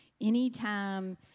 Anytime